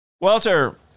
Walter